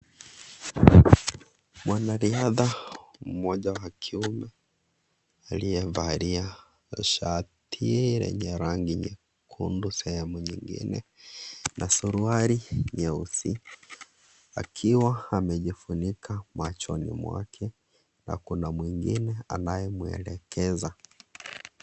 Mwanariadha mmoja wa kiume aliyevalia shati lenye rangi nyekundu sehemu nyingine na suruali nyeusi, akiwa amejifunika machoni mwake. Na kuna mwingine anayemwelekeza.